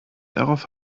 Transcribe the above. darauf